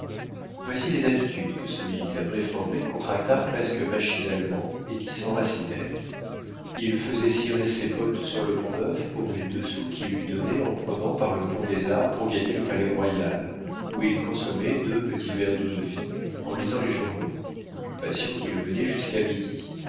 voici les habitudes que ce militaire réformé contracta presque machinalement et qui s'enracinèrent il faisait cirer ses bottes sur le pont-neuf pour les deux sous qu'il eût donnés en prenant par le pont des arts pour gagner le palais-royal où il consommait deux petits verres d'eau-de-vie en lisant les journaux occupation qui le menait jusqu'à midi